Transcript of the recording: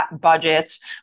budgets